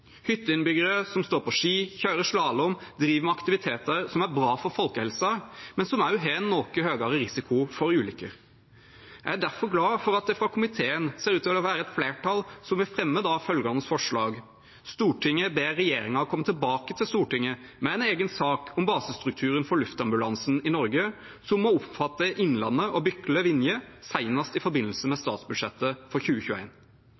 hytteinnbyggere som står på ski, kjører slalåm og driver med aktiviteter som er bra for folkehelsen, men som også har noe høyere risiko for ulykker. Jeg er derfor glad for at det i komiteen ser ut til å være et flertall som vil fremme følgende forslag: «Stortinget ber regjeringen komme tilbake til Stortinget med en egen sak om basestrukturen for luftambulansen i Norge, som må omfatte Innlandet og Bykle/Vinje, senest i forbindelse med statsbudsjettet for